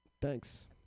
Thanks